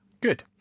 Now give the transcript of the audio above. good